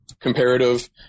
comparative